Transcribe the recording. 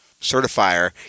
certifier